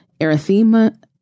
erythema